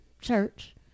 church